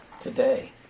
today